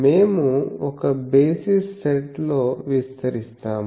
మేము ఒక basis set లో విస్తరిస్తాము